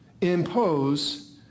impose